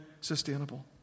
sustainable